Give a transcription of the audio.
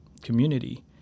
community